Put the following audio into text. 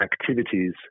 activities